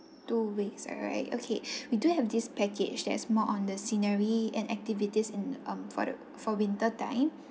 two ways all right okay we do have this package that is more on the scenery and activities in um for the for winter time